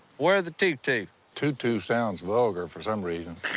wear the tutu tutu sounds vulgar, for some reason.